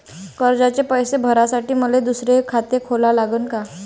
कर्जाचे पैसे भरासाठी मले दुसरे खाते खोला लागन का?